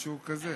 משהו כזה